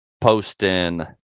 posting